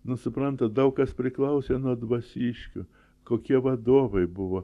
nu suprantat daug kas priklausė nuo dvasiškių kokie vadovai buvo